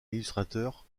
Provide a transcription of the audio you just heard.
illustrateur